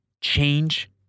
change